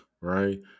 right